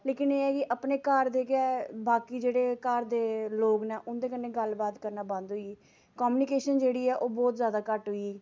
लेकिन एह् ऐ कि अपने घार दे गै बाकी जेह्ड़े घार दे लोक न उं'दे कन्नै गल्ल बात करना बंद होई गेई कम्यनिकेशन जेह्ड़ी ऐ ओह् बौह्त जैदा घट्ट होई गेई